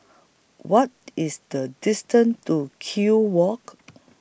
What IS The distance to Kew Walk